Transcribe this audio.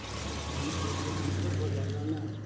disturb ہو جائے گا نا